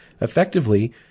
effectively